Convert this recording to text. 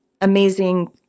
amazing